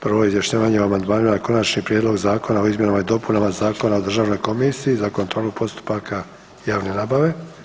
Prvo izjašnjavanje o amandmanima na Konačni prijedlog zakona o izmjenama i dopunama zakona o Državnoj komisiji za kontrolu postupaka javne nabave.